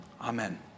Amen